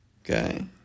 Okay